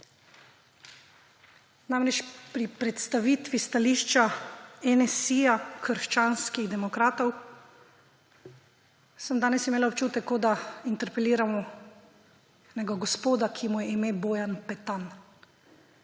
Pri predstavitvi stališča NSi – krščanskih demokratov sem danes imela občutek, kot da interpeliramo enega gospoda, ki mu je ime Bojan Petan.